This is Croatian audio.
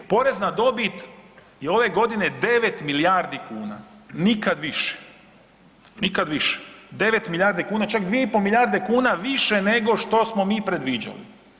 Porez na dobit je ove godine 9 milijardi kuna, nikad više, nikad više, 9 milijardi kuna, čak 2,5 milijarde kuna više nego što smo mi predviđali.